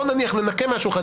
בוא ננקה מהשולחן,